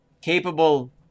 capable